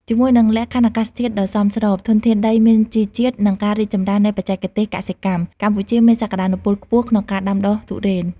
ជាមួយនឹងលក្ខខណ្ឌអាកាសធាតុដ៏សមស្រប ធនធានដីមានជីជាតិ និងការរីកចម្រើននៃបច្ចេកទេសកសិកម្ម កម្ពុជាមានសក្ដានុពលខ្ពស់ក្នុងការដាំដុះទុរេន។